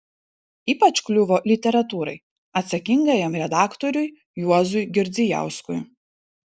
ypač kliuvo literatūrai atsakingajam redaktoriui juozui girdzijauskui